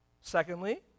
Secondly